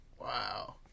Wow